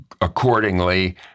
accordingly